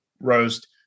roast